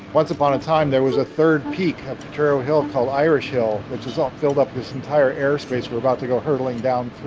once upon a time, there was a third peak of the turtle hill called irish hill, which is all filled up this entire airspace we're about to go hurtling down through.